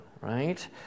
right